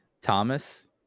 Thomas